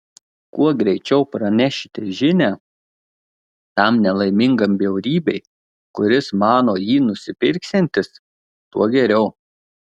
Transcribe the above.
kuo greičiau pranešite žinią tam nelaimingam bjaurybei kuris mano jį nusipirksiantis tuo geriau